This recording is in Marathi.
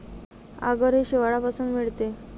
आगर हे शेवाळापासून मिळते